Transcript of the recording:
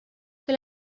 que